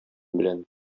белән